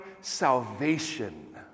salvation